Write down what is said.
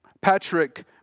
Patrick